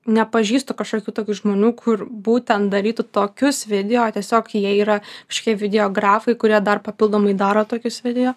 nepažįstu kažkokių tokių žmonių kur būtent darytų tokius video tiesiog jie yra kažkokie videografai kurie dar papildomai daro tokius video